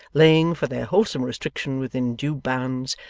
laying, for their wholesome restriction within due bounds,